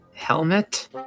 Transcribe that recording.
Helmet